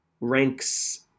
Ranks